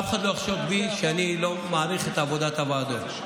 אף אחד לא יחשוד בי שאני לא מעריך את עבודת הוועדות.